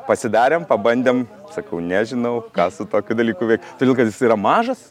pasidarėm pabandėm sakau nežinau ką su tokiu dalyku veikt todėl kad jis yra mažas